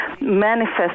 manifest